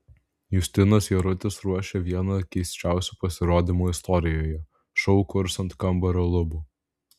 justinas jarutis ruošia vieną keisčiausių pasirodymų istorijoje šou kurs ant kambario lubų